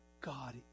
God